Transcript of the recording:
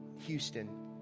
Houston